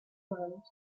closed